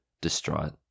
distraught